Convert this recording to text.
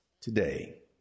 today